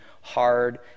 hard